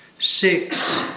Six